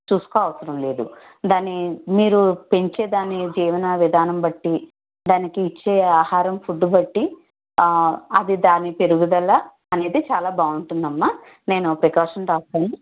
చూసుకునే అవసరం లేదు దాన్ని మీరు పెంచే దాని జీవనా విదానం బట్టి దానికి ఇచ్చే ఆహారం ఫుడ్ బట్టి అది దాని పెరుగుదల అనేది చాలా బాగుంటుందమ్మా నేను ప్రికాషన్స్ రాస్తాను